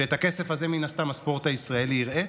ואת הכסף הזה מן הסתם הספורט הישראלי יראה.